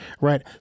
Right